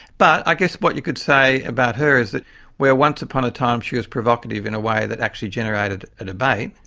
but i guess what you could say about her is that where once upon a time she was provocative in a way that actually generated a debate,